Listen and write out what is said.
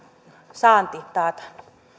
saanti taataan